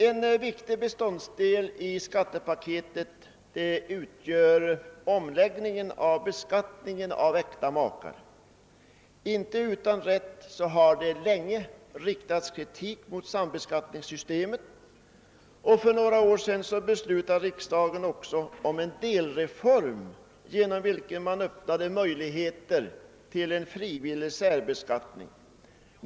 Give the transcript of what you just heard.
En viktig beståndsdel i skattepaketet utgör omläggningen av beskattningen av äkta makar. Inte utan rätt har det länge riktats kritik mot sambeskaitningssystemet, och för några år sedan beslutade riksdagen om en delreform genom vilken möjligheter till en frivillig särbeskattning öppnades.